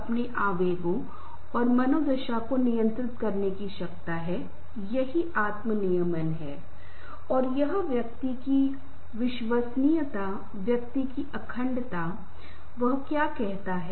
अनावश्यक रूप से किसी को लोगों को धमकी नहीं मिलनी चाहिए कुछ लोगों को सिर्फ धमकी देने या मजाक और व्यंग्यात्मक टिप्पणी देने की आदत है